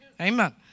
Amen